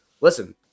listen